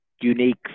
unique